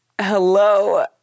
Hello